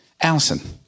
Allison